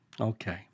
Okay